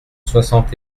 soixante